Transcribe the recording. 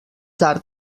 tard